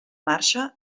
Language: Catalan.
marxa